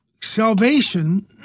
Salvation